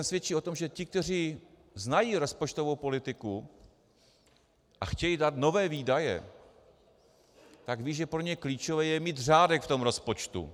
Svědčí o tom, že ti, kteří znají rozpočtovou politiku a chtějí dát nové výdaje, tak vědí, že pro ně klíčové je mít řádek v tom rozpočtu.